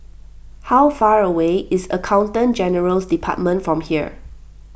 how far away is Accountant General's Department from here